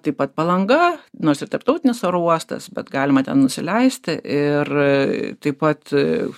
taip pat palanga nors ir tarptautinis oro uostas bet galima ten nusileisti ir taip pat